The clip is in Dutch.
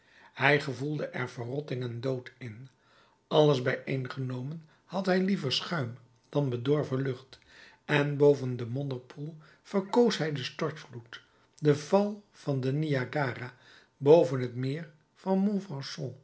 hij gevoelde er verrotting en dood in alles bijeengenomen had hij liever schuim dan bedorven lucht en boven den modderpoel verkoos hij den stortvloed den val van den niagara boven het meer van